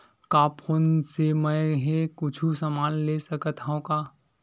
का फोन से मै हे कुछु समान ले सकत हाव का?